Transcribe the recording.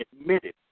admitted